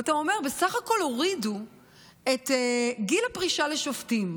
ואתה אומר: בסך הכול הורידו את גיל הפרישה לשופטים,